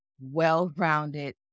well-rounded